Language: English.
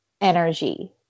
energy